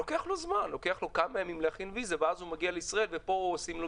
לוקח לו כמה ימים להכין ויזה ואז הוא מגיע לישראל ופה עושים לו